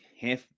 half –